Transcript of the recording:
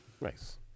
nice